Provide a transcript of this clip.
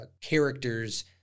character's